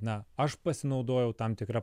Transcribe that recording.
na aš pasinaudojau tam tikra